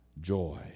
joy